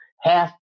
Half